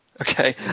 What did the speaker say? Okay